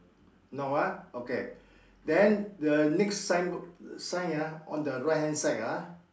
no ah okay then the next sign sign ah on the right hand side ah